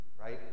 right